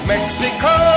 Mexico